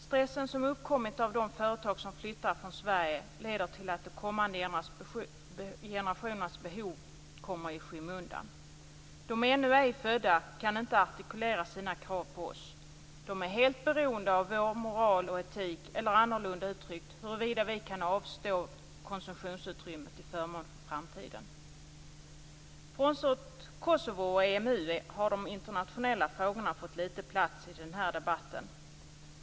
Stressen som uppkommit av de företag som flyttar från Sverige leder till att de kommande generationernas behov kommer i skymundan. De ännu ej födda kan inte artikulera sina krav på oss. De är helt beroende av vår moral och etik eller, annorlunda uttryckt, huruvida vi kan avstå konsumtionsutrymme till förmån för framtiden. Frånsett Kosovo och EMU har de internationella frågorna fått liten plats i den här debatten.